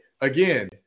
again